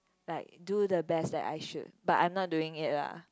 like do the best that I should but I'm not doing it lah